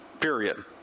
period